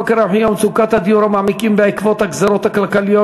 יוקר המחיה ומצוקת הדיור המעמיקים בעקבות הגזירות הכלכליות,